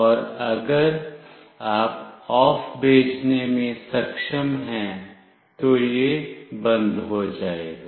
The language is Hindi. और अगर आप "OFF" भेजने में सक्षम हैं तो यह बंद हो जाएगा